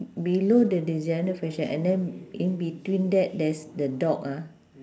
below the designer fashion and then in between that there's the dog ah